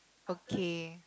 okay